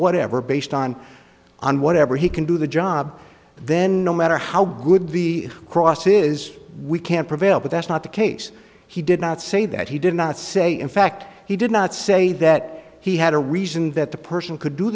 whatever based on on whatever he can do the job then no matter how good the cross is we can prevail but that's not the case he did not say that he did not say in fact he did not say that he had a reason that the person could do